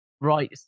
right